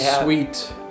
Sweet